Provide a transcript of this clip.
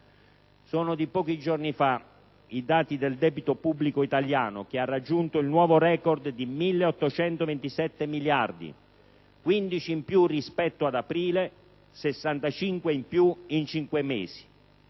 Sono di pochi giorni fa i dati del debito pubblico italiano, che ha raggiunto il nuovo record di 1.827 miliardi di euro: 15 miliardi in più rispetto ad aprile e 65 miliardi in più in cinque mesi.